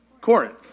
Corinth